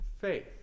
faith